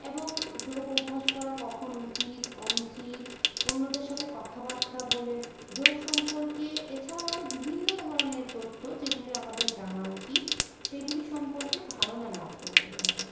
এবং যোগ অভ্যাস করা কখন উচিত অনুচিত অন্যদের সাথে কথাবার্তা বলে যোগ সম্পর্কে এছাড়াও আরও বিভিন্ন ধরনের তথ্য যেগুলি আমাদের জানা উচিত সেগুলি সম্পর্কে ধারণা লাভ করতে পারব